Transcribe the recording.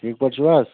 ٹھیٖک پٲٹھۍ چھِو حظ